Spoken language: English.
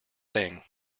thing